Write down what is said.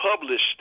published